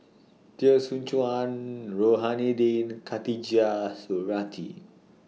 Teo Soon Chuan Rohani Din and Khatijah Surattee